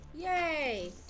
Yay